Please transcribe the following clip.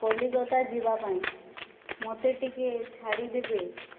କଲିକତା ଯିବା ପାଇଁ ମୋତେ ଟିକିଏ ଛାଡ଼ିଦେବେ